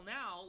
now